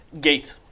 Gate